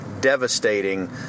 devastating